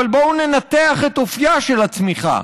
אבל בואו ננתח את אופייה של הצמיחה.